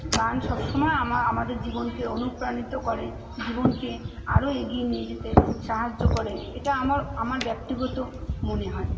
গান সবসময় আমার আমাদের জীবনকে অনুপ্রাণিত করে জীবনকে আরও এগিয়ে নিয়ে যেতে সাহায্য করে এটা আমার আমার ব্যক্তিগত মনে হয়